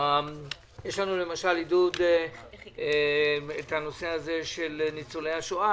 יש לנו למשל את הנושא של ניצולי השואה,